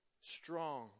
strong